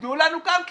תנו לנו גם כן.